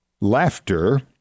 laughter